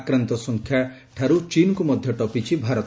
ଆକ୍ରାନ୍ତ ସଂଖ୍ୟା ଠାରୁ ଚୀନ କୁ ମଧ୍ଧ ଟପିଛି ଭାରତ